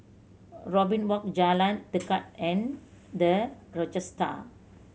Robin Walk Jalan Tekad and The Rochester